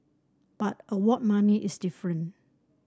but award money is different